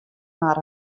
mar